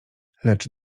lecz